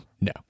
no